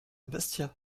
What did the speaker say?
bastia